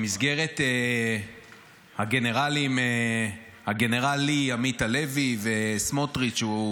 במסגרת הגנרלים עמית הלוי וסמוטריץ'